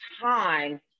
time